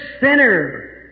sinner